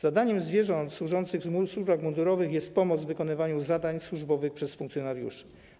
Zadaniem zwierząt służących w służbach mundurowych jest pomoc w wykonywaniu zadań służbowych przez funkcjonariuszy.